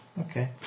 Okay